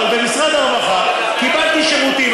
אבל במשרד הרווחה קיבלתי שירותים,